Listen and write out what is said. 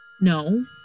No